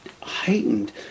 heightened